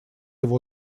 его